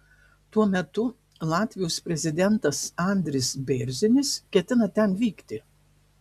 tuo metu latvijos prezidentas andris bėrzinis ketina ten vykti